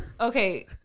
Okay